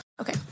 okay